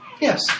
Yes